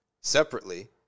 separately